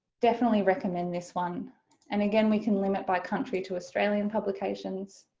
definitely recommend this one and again we can limit by country to australian publications